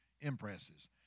impresses